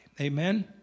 Amen